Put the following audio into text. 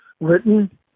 written